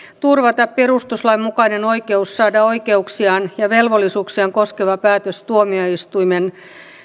turvata perustuslain mukainen oikeus saada oikeuksiaan ja velvollisuuksiaan koskeva päätös tuomioistuimen